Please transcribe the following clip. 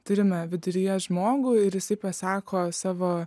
turime viduryje žmogų ir jisai pasako savo